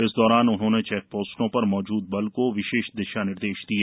इस दौरान उन्होंने चेक पोस्टों पर मौजूद बल को विशेष दिशा निर्देश दिए